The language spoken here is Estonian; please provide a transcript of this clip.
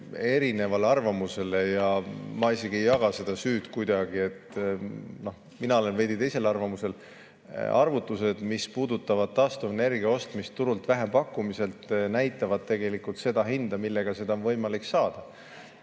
eriarvamusele ja ma isegi ei jaga seda süüd kuidagi – mina olen veidi teisel arvamusel. Arvutused, mis puudutavad taastuvenergia ostmist turult vähempakkumiselt, näitavad tegelikult seda hinda, millega seda on võimalik saada.